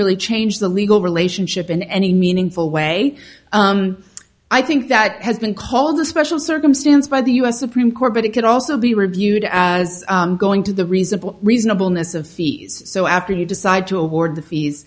really change the legal relationship in any meaningful way i think that has been called a special circumstance by the u s supreme court but it could also be reviewed as going to the reasonable reasonable ness of fees so after you decide to award the fees